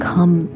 Come